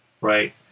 Right